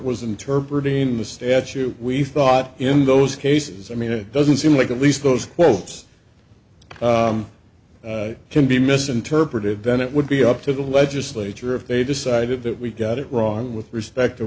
was interpreted in the statute we thought in those cases i mean it doesn't seem like at least those wells can be misinterpreted then it would be up to the legislature if they decided that we've got it wrong with respect to